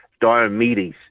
Diomedes